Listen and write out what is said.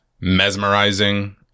mesmerizing